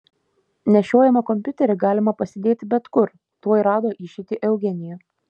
nešiojamą kompiuterį galima pasidėti bet kur tuoj rado išeitį eugenija